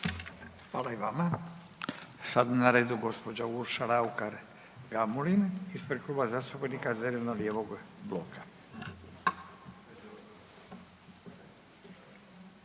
Hvala i vama. Sad je na redu gđa. Urša Raukar-Gamulin ispred Kluba zastupnika zeleno-lijevog bloka.